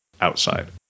outside